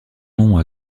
nom